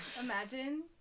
Imagine